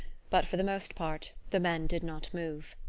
but for the most part the men did not move.